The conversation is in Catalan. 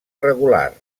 regular